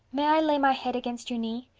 may i lay my head against your knee?